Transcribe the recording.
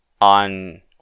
on